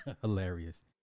Hilarious